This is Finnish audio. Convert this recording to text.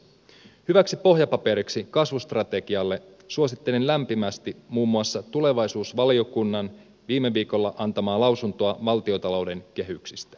hyväksi pohjapaperiksi kasvustrategialle suosittelen lämpimästi muun muassa tulevaisuusvaliokunnan viime viikolla antamaa lausuntoa valtiontalouden kehyksistä